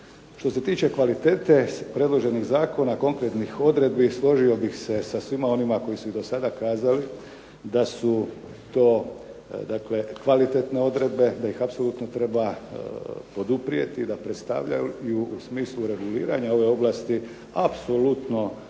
Što se tiče kvalitete predloženih zakona, kompletnih odredbi složio bih se sa svima onima koji su i do sada kazali da su to kvalitetne odredbe, da ih apsolutno treba poduprijeti, da predstavljaju i u smislu reguliranja ove ovlasti apsolutno